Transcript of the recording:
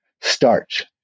starch